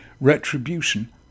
retribution